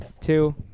two